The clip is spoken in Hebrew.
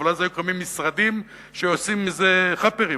אבל אז היו קמים משרדים שעושים מזה "חאפרים",